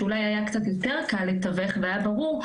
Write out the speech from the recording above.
שאולי היה קצת יותר קל לתווך והיה ברור,